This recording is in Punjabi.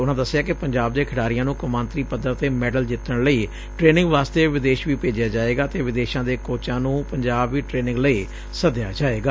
ਉਨੂਾ ਦਸਿਆ ਕਿ ਪੰਜਾਬ ਦੇ ਖਿਡਾਰੀਆਂ ਨੂੰ ਕੌਮਾਂਤਰੀ ਪੱਧਰ ਤੇ ਮੈਡਲ ਜਿੱਤਣ ਲਈ ਟਰੇਨਿੰਗ ਵਾਸਤੇ ਵਿਦੇਸ਼ ਵੀ ਭੇਜਿਆ ਜਾਵੇਗਾ ਅਤੇ ਵਿਦੇਸ਼ਾਂ ਦੇ ਕੋਚਾਂ ਨੂੰ ਪੰਜਾਬ ਵੀ ਟਰੇਨਿੰਗ ਲਈ ਸੱਦਿਆ ਜਾਵੇਗਾ